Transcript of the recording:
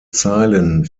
zeilen